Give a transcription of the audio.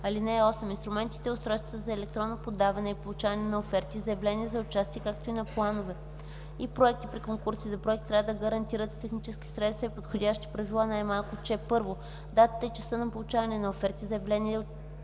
ал. 1. (8) Инструментите и устройствата за електронно подаване и получаване на оферти и заявления за участие, както и на планове и проекти при конкурси за проект трябва да гарантират с технически средства и подходящи правила, най-малко че: 1. датата и часът на получаване на оферти, заявления за участие